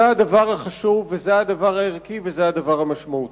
זה הדבר החשוב וזה הדבר הערכי וזה הדבר המשמעותי.